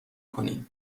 کنی